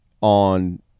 on